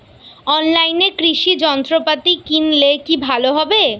অনলাইনে কৃষি যন্ত্রপাতি কিনলে কি ভালো হবে?